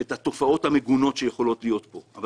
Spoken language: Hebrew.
את התופעות המגונות שיכולות להיות פה אבל